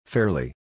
Fairly